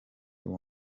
uwo